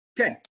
Okay